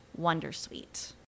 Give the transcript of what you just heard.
wondersuite